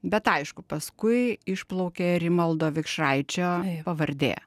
bet aišku paskui išplaukė rimaldo vikšraičio pavardė